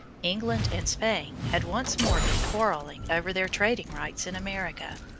england and spain had once more been quarrelling over their trading rights in america,